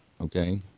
Okay